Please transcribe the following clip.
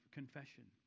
confession